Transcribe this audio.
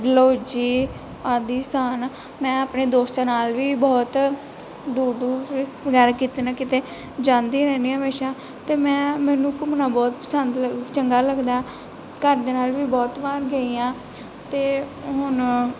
ਡਲਹੋਜੀ ਆਦਿ ਸਥਾਨ ਮੈਂ ਆਪਣੇ ਦੋਸਤਾਂ ਨਾਲ ਵੀ ਬਹੁਤ ਦੂਰ ਦੂਰ ਵਗੈਰਾ ਕਿਤੇ ਨਾ ਕਿਤੇ ਜਾਂਦੀ ਰਹਿੰਦੀ ਹਾਂ ਹਮੇਸ਼ਾ ਅਤੇ ਮੈਂ ਮੈਨੂੰ ਘੁੰਮਣਾ ਬਹੁਤ ਪਸੰਦ ਲੱਗਦਾ ਚੰਗਾ ਲੱਗਦਾ ਘਰਦਿਆਂ ਨਾਲ ਵੀ ਬਹੁਤ ਵਾਰ ਗਈ ਹਾਂ ਅਤੇ ਹੁਣ